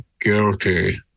Guilty